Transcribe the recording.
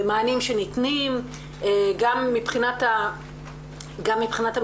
ומענים שניתנים גם מבחינת הממסדים,